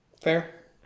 Fair